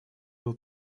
был